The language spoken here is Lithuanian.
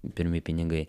pirmi pinigai